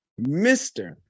Mr